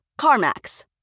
CarMax